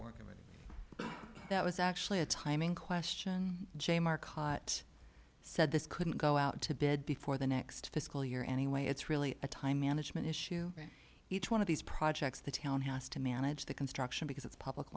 and that was actually a timing question jay marcotte said this couldn't go out to bed before the next fiscal year anyway it's really a time management issue each one of these projects the town has to manage the construction because it's public